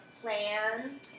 plan